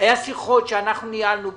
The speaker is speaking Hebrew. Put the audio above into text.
היו שיחות שאנחנו ניהלנו,